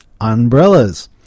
umbrellas